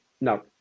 no